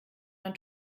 man